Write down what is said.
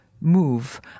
move